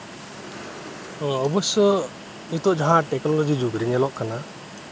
ᱳᱵᱚᱥᱥᱚ ᱱᱤᱛᱚᱜ ᱡᱟᱦᱟᱸ ᱴᱮᱠᱱᱳᱞᱚᱡᱤ ᱡᱩᱜᱽᱨᱮ ᱧᱮᱞᱚᱜ ᱠᱟᱱᱟ